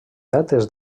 dates